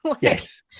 yes